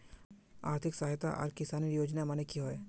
आर्थिक सहायता आर किसानेर योजना माने की होय?